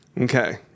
Okay